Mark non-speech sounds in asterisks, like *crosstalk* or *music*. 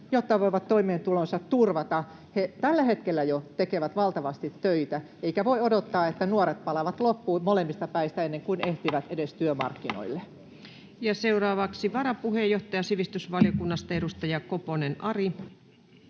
jotta voivat toimeentulonsa turvata. He jo tällä hetkellä tekevät valtavasti töitä, eikä voi odottaa, että nuoret palavat loppuun molemmista päistä *noise* ennen kuin ehtivät edes työmarkkinoille. Ja seuraavaksi varapuheenjohtaja sivistysvaliokunnasta, edustaja Koponen, Ari.